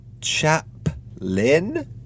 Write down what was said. Chaplin